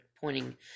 pointing